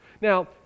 Now